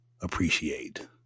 appreciate